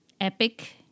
epic